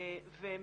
והן